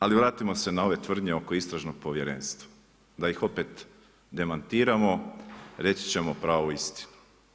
Ali, vratimo se na ove tvrdnje oko Istražnog povjerenstva, da ih opet demantiramo, reći ćemo pravu istinu.